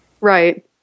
Right